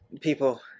people